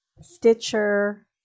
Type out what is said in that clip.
Stitcher